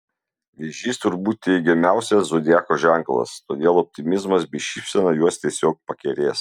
vėžys turbūt teigiamiausias zodiako ženklas todėl optimizmas bei šypsena juos tiesiog pakerės